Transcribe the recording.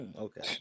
Okay